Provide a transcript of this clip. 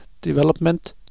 development